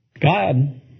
God